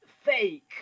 fake